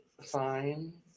Fine